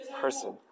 person